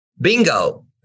Bingo